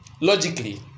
Logically